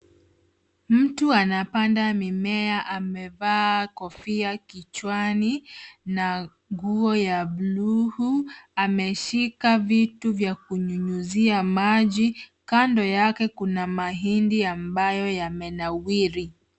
Mtu anapanda mimea amevaa kofia kichwani na nguo ya blue , ameshika vitu vya kunyunyizia maji. Kando yake kuna mahindi ambayo yamenawiri.